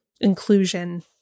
inclusion